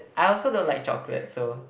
I also don't like chocolate so